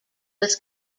was